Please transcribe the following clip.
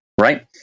Right